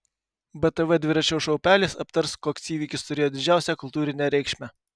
btv dviračio šou pelės aptars koks įvykis turėjo didžiausią kultūrinę reikšmę